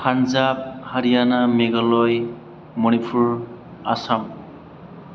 Punjab Haryana Meghalaya Manipur Assam